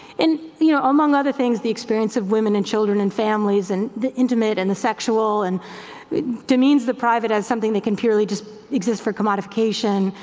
and you know among other things, the experience of women and children and families and the intimate and the sexual and demeans the private as something they can purely just exist for commodification.